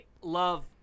love